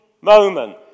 moment